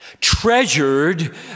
treasured